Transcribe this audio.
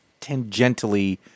tangentially